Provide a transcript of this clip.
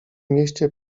mieście